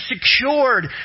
secured